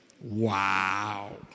Wow